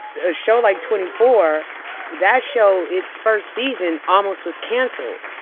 a show like twenty four that show, its first season, almost was canceled.